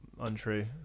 untrue